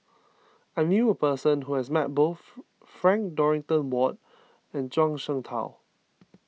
I knew a person who has met both Frank Dorrington Ward and Zhuang Shengtao